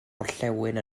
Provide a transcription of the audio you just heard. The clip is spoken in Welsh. orllewin